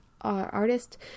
artist